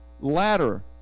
ladder